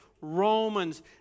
Romans